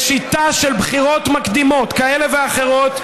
בשיטה של בחירות מקדימות כאלה ואחרות,